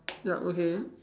yup okay